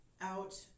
out